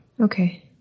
Okay